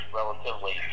relatively